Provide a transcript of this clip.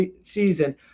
season